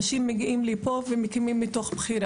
בין השאר משום שגם האנשים שיושבים פה ואחרים שעוסקים בתחום ההייטק גם